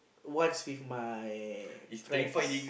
once with my friends